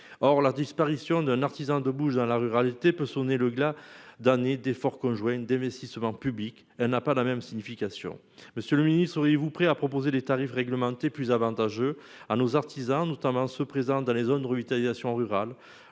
Or la disparition d'un artisan de bouche la ruralité peut sonner le glas d'années d'efforts conjoints une Messi se vend public, elle n'a pas la même signification. Monsieur le Ministre, seriez-vous prêt à proposer des tarifs réglementés plus avantageux à nos artisans notamment se présente dans les zones de revitalisation rurale